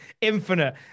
Infinite